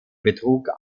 betrug